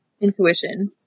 intuition